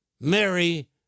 Mary